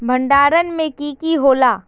भण्डारण में की की होला?